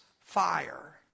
fire